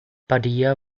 padilla